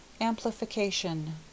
Amplification